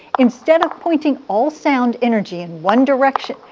instead of pointing all sound energy in one direction,